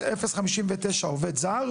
0.59 עובד זר.